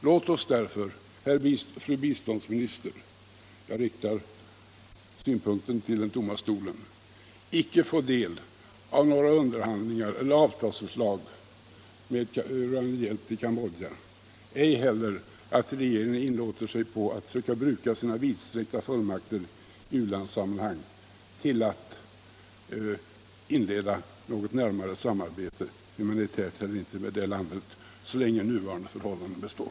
Låt oss därför, fru biståndsminister — jag riktar orden till den tomma stolen — icke få del av några underhandlingar eller avtalsförslag rörande hjälp till Cambodja, och må regeringen ej heller inlåta sig på att söka bruka sina vidsträckta fullmakter i u-landssammanhang till att inleda något närmare samarbete - humanitärt eller inte — med det landet så länge nuvarande förhållanden består!